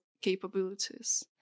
capabilities